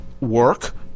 work